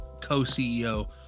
co-CEO